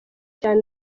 cyane